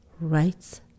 rights